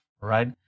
right